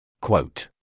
Quote